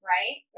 Right